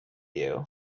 you